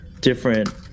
different